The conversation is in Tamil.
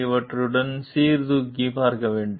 இவற்றையெல்லாம் சீர்தூக்கிப் பார்க்க வேண்டும்